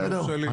בסדר.